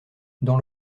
dans